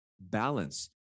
balance